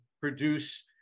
produce